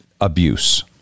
abuse